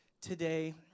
today